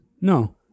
no